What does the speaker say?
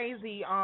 crazy